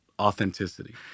authenticity